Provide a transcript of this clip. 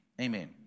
Amen